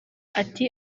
ati